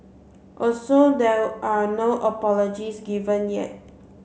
also there are no apologies given yet